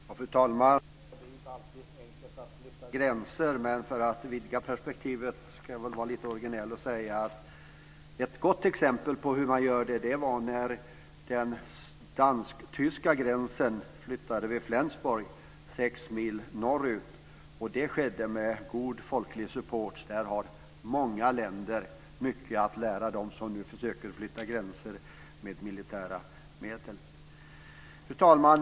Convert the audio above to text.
Fru talman! Det är inte alltid enkelt att flytta gränser, men för att vidga perspektivet kan jag väl vara lite originell och säga att ett gott exempel på hur man gör det var när den dansk-tyska gränsen flyttades vid Flensburg 6 mil norrut. Det skedde med god folklig support. Där har många länder mycket att lära, t.ex. de som nu försöker flytta gränser med militära medel. Fru talman!